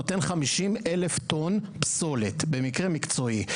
נותן 50 אלף טון פסולת במקרים מקצועיים.